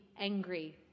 angry